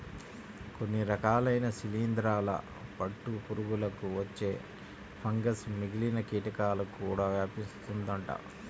కొన్ని రకాలైన శిలీందరాల పట్టు పురుగులకు వచ్చే ఫంగస్ మిగిలిన కీటకాలకు కూడా వ్యాపిస్తుందంట